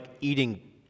eating